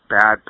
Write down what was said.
bad